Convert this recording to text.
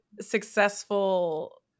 successful